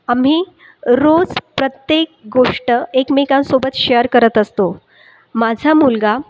आम्ही रोज प्रत्येक गोष्ट एकमेकांसोबत शेअर करत असतो माझा मुलगा